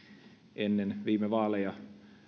ennen viime vaaleja